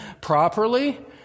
properly